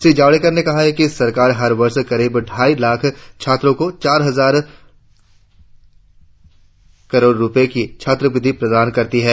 श्री जावड़ेकर ने कहा कि सरकार हर वर्ष करीब ढ़ाई लाख छात्रों को चार हजार करोड़ रुपये की छात्रवृत्ति प्रदान करती है